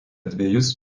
dvejus